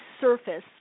surface